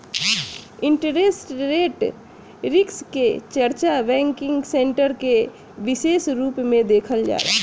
interest rate risk के चर्चा banking sector में बिसेस रूप से देखल जाला